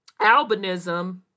albinism